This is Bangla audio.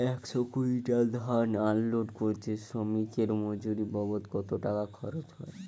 একশো কুইন্টাল ধান আনলোড করতে শ্রমিকের মজুরি বাবদ কত টাকা খরচ হয়?